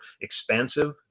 expansive